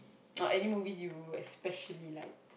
or any movie you especially like